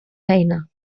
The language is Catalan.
feina